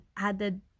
added